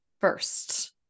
first